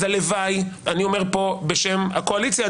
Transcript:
אז אני אומר בשם הקואליציה,